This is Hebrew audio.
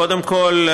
קודם כול,